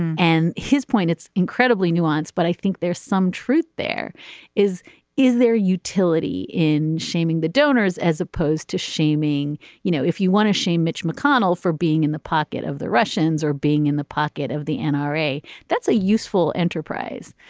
and his point it's incredibly nuanced but i think there's some truth there is is there utility in shaming the donors as opposed to shaming you know if you want to shame mitch mcconnell for being in the pocket of the russians or being in the pocket of the and nra. that's a useful enterprise.